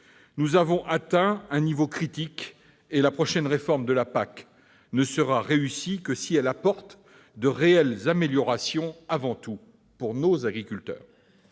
Nous avons atteint un niveau critique, et la prochaine réforme de la PAC ne sera réussie que si elle apporte de réelles améliorations, avant tout, pour nos agriculteurs.